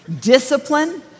discipline